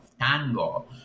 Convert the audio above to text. tango